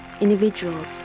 individuals